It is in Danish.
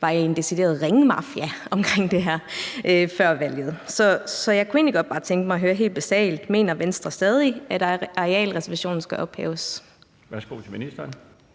var med i en decideret ringmafia om det her før valget. Så jeg kunne egentlig godt bare tænke mig at høre helt basalt: Mener Venstre stadig, at arealreservationen skal ophæves? Kl. 17:26 Den